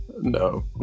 No